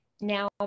now